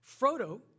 Frodo